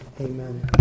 amen